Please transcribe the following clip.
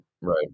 Right